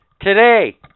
Today